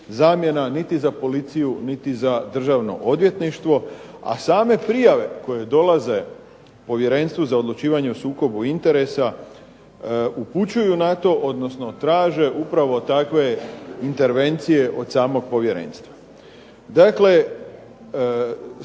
niti za policiju niti za Državno odvjetništvo, a same prijave koje dolaze Povjerenstvu za odlučivanje o sukobu interesa upućuju na to, odnosno traže upravo takve intervencije od samog Povjerenstva.